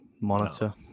monitor